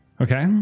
Okay